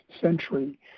century